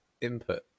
input